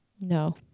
No